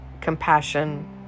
compassion